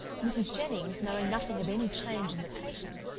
mrs. jennings, knowing nothing of any change in the patient,